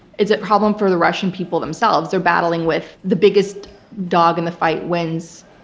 is a problem for the russian people themselves. they're battling with the biggest dog in the fight wins,